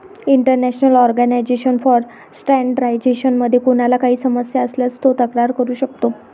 international organisation for standardisation मध्ये कोणाला काही समस्या असल्यास तो तक्रार करू शकतो